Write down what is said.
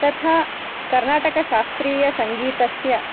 तथा कर्नाटकशास्त्रीयसङ्गीतस्य